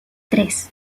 tres